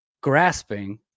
grasping